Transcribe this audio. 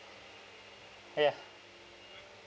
ya